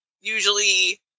usually